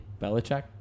belichick